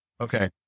okay